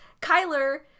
Kyler